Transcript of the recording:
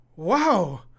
Wow